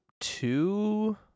two